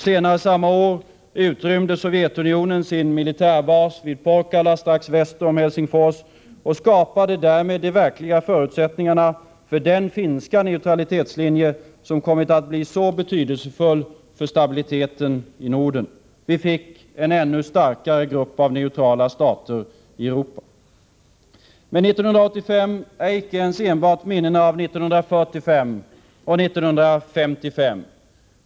Senare samma år utrymde Sovjetunionen sin militärbas vid Porkala strax väster om Helsingfors och skapade därmed de verkliga förutsättningarna för den finska neutralitetslinje som kom att bli så betydelsefull för stabiliteten i Norden. Vi fick en ännu starkare grund för neutrala stater i Europa. Men 1985 är icke ens enbart minnena av 1945 och 1955.